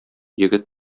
егет